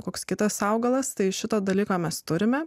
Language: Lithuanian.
koks kitas augalas tai šito dalyko mes turime